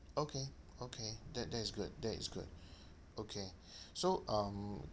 okay okay that that is good that is good okay so um